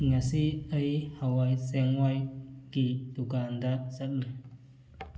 ꯉꯁꯤ ꯑꯩ ꯍꯋꯥꯏ ꯆꯦꯡꯋꯥꯏ ꯒꯤ ꯗꯨꯀꯥꯟꯗ ꯆꯠꯂꯨꯏ